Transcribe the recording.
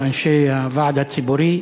עם אנשי הוועד הציבורי.